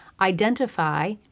identify